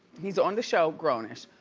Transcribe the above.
he's on the show grown-ish.